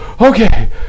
okay